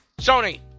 sony